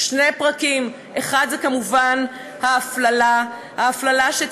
שני פרקים: האחד זה כמובן ההפללה,